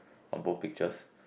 on both pictures